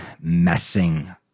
messing